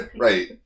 right